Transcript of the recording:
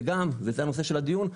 וגם וזה הנושא של הדיון,